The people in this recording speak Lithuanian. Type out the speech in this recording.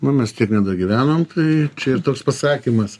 nu mes tiek nedagyvenom tai čia ir toks pasakymas